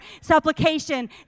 supplication